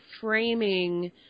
framing